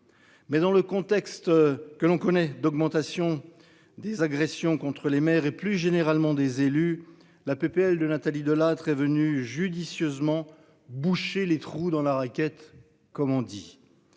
mais dans le contexte que l'on connaît d'augmentation des agressions contre les maires, et plus généralement des élus la PPL de Nathalie Delattre est venu judicieusement boucher les trous dans la raquette comme on dit,